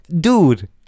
dude